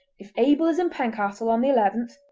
if abel is in pencastle on the eleventh,